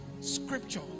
Scripture